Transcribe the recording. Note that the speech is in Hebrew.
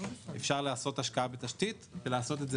אפשר לעשות השקעה בתשתית ולעשות את זה